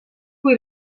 cui